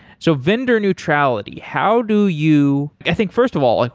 so vendor neutrality, how do you i think, first of all, like